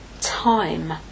time